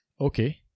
Okay